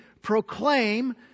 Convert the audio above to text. Proclaim